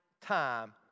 time